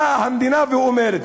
באה המדינה ואומרת,